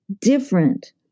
different